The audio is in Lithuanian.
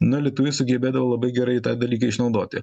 nu lietuviai sugebėdavo labai gerai tą dalyką išnaudoti